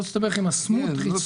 אל תסתבך עם הסמוטריץ'.